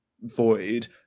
void